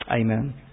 Amen